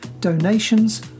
donations